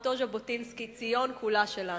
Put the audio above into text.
אותו ז'בוטינסקי: ציון כולה שלנו.